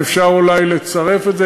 אפשר אולי לצרף את זה,